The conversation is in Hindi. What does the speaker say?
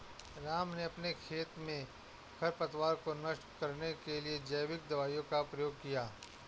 राम ने अपने खेत में खरपतवार को नष्ट करने के लिए जैविक दवाइयों का प्रयोग किया